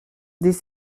des